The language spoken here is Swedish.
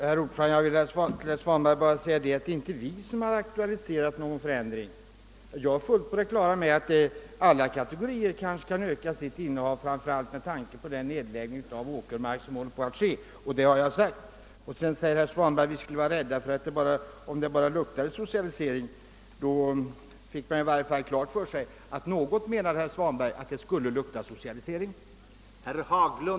Herr talman! Jag vill bara säga herr Svanberg att det inte är vi som aktualiserat en ändring. Jag är fullt på det klara med att alla kategorier kanske kan öka sitt innehav, framför allt med tanke på den pågående nedläggningen av åkermark, vilket jag också påpekat. När herr Svanberg sade att vi är rädda även om det bara luktar socialisering fick man i varje fall klart för sig att det enligt herr Svanbergs mening luktar socialisering i viss mån.